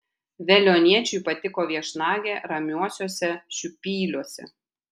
veliuoniečiui patiko viešnagė ramiuosiuose šiupyliuose